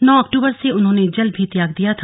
नौ अक्टूबर से उन्होंने जल भी त्याग दिया था